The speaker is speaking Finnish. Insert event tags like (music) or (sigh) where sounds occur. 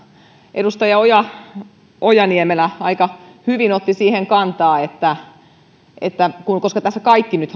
edustaja ojala ojala niemelä aika hyvin otti siihen kantaa että että koska tässä kaikki nyt (unintelligible)